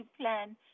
plan